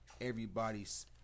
everybody's